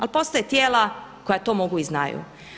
Ali postoje tijela koja to mogu i znaju.